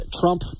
Trump